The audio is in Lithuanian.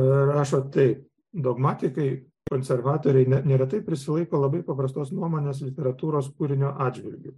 rašo taip dogmatikai konservatoriai ne neretai prisilaiko labai paprastos nuomonės literatūros kūrinio atžvilgiu